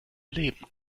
leben